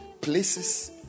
places